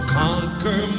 conquer